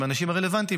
עם האנשים הרלוונטיים,